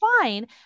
fine